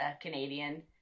Canadian